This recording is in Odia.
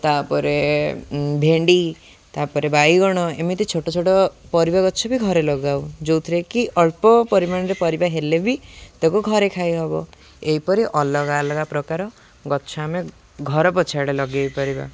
ତା'ପରେ ଭେଣ୍ଡି ତା'ପରେ ବାଇଗଣ ଏମିତି ଛୋଟ ଛୋଟ ପରିବା ଗଛ ବି ଘରେ ଲଗାଉ ଯେଉଁଥିରେ କି ଅଳ୍ପ ପରିମାଣରେ ପରିବା ହେଲେ ବି ତାକୁ ଘରେ ଖାଇହବ ଏହିପରି ଅଲଗା ଅଲଗା ପ୍ରକାର ଗଛ ଆମେ ଘର ପଛଆଡ଼େ ଲଗାଇ ପାରିବା